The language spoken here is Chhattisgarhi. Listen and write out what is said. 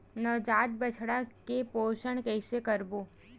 नवजात बछड़ा के पोषण कइसे करबो?